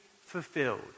fulfilled